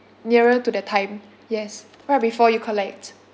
nearer to the time yes right before you collect